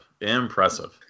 Impressive